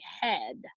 head